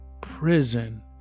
prison